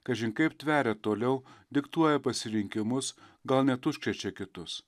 kažin kaip tveria toliau diktuoja pasirinkimus gal net užkrečia kitus